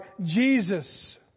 Jesus